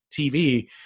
TV